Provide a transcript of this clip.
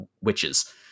witches